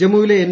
ജമ്മുവിലെ എൻ